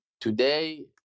today